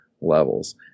levels